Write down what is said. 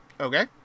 Okay